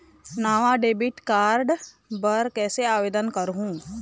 नावा debit card बर कैसे आवेदन करहूं?